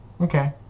Okay